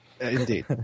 Indeed